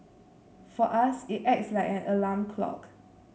for us it acts like an alarm clock